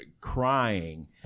crying